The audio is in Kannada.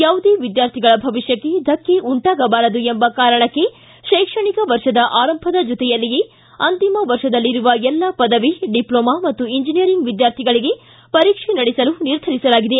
ಯಾವುದೇ ವಿದ್ಯಾರ್ಥಿಗಳ ಭವಿಷ್ಟಕ್ಕೆ ಧಕ್ಕೆ ಉಂಟಾಗಬಾರದು ಎಂಬ ಕಾರಣಕ್ಕೆ ಶೈಕ್ಷಣಿಕ ವರ್ಷದ ಆರಂಭದ ಜತೆಯಲ್ಲಿಯೇ ಅಂತಿಮ ವರ್ಷದಲ್ಲಿರುವ ಎಲ್ಲ ಪದವಿ ಡಿಪ್ಲೊಮಾ ಮತ್ತು ಇಂಜಿನಿಯರಿಂಗ್ ವಿದ್ವಾರ್ಥಿಗಳಿಗೆ ಪರೀಕ್ಷೆ ನಡೆಸಲು ನಿರ್ಧರಿಸಲಾಗಿದೆ